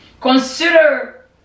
consider